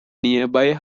nearby